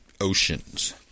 oceans